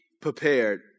Prepared